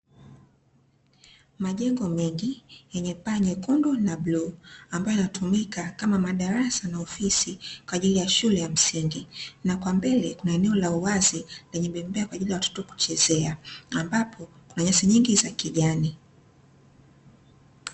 Majengo mengi yenye paa nyekundu na bluu ambayo yanatumika kama madarasa na ofisi kwa ajili shule ya msingi, na kwa mbele kuna eneo la uwazi lenye bembea kwa ajili ya watoto kuchezea ambapo kuna nyasi nyingi za kijani.